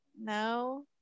No